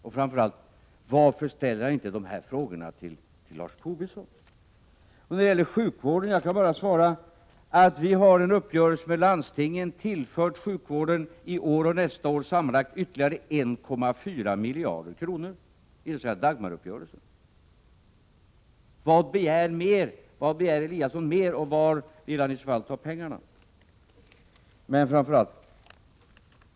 Och framför allt: Varför ställer Eliasson inte dessa frågor till Lars Tobisson? När det gäller sjukvården kan jag bara svara att vi genom en uppgörelse med landstingen i år och nästa år tillför landstingen 1,4 miljarder kronor. Det gäller Dagmaruppgörelsen. Vad begär Eliasson mer, och var skulle han vilja ta pengarna?